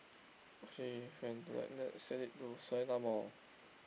okay and to like let's set it to Seletar-Mall